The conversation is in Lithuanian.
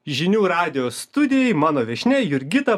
žinių radijo studijoj mano viešnia jurgita